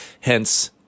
hence